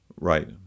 Right